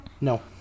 No